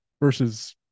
versus